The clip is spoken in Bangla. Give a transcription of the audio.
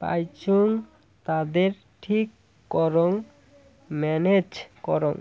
পাইচুঙ তাদের ঠিক করং ম্যানেজ করং